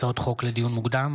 הצעות חוק לדיון מוקדם,